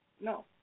No